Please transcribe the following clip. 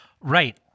Right